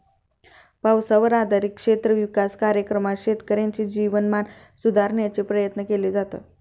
पावसावर आधारित क्षेत्र विकास कार्यक्रमात शेतकऱ्यांचे जीवनमान सुधारण्याचे प्रयत्न केले जातात